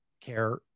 care